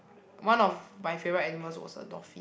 one of my favourite animals was a dolphin